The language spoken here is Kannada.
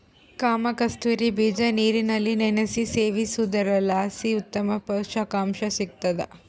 ಕಾಮಕಸ್ತೂರಿ ಬೀಜ ನೀರಿನಲ್ಲಿ ನೆನೆಸಿ ಸೇವಿಸೋದ್ರಲಾಸಿ ಉತ್ತಮ ಪುಷಕಾಂಶ ಸಿಗ್ತಾದ